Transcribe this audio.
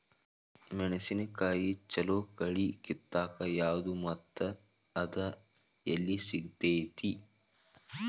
ಮೆಣಸಿನಕಾಯಿಗ ಛಲೋ ಕಳಿ ಕಿತ್ತಾಕ್ ಯಾವ್ದು ಮತ್ತ ಅದ ಎಲ್ಲಿ ಸಿಗ್ತೆತಿ?